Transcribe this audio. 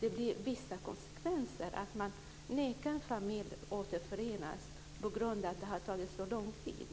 får konsekvensen att man nekar en familj att återförenas på grund av att det har tagit så lång tid.